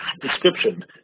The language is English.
description